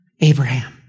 Abraham